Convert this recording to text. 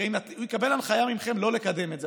הרי הוא יקבל הנחיה מכם לא לקדם את זה,